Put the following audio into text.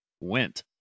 went